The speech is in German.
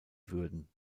würden